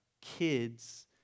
kids